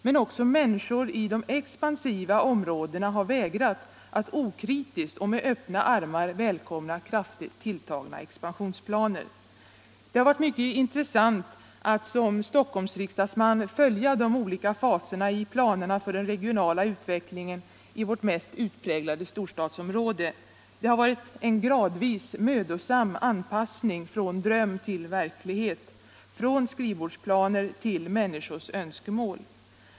Men också människor i de expansiva områdena har vägrat att okritiskt och med öppna armar välkomna kraftigt tilltagna expansionsplaner. Det har varit mycket intressant att som Stockholmsriksdagsman följa de olika faserna i planerna för den regionala utvecklingen i vårt mest utpräglade storstadsområde. Det har varit en gradvis mödosam anpassning från dröm till verklighet, från skrivbordsplaner till människors önskemål.